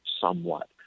somewhat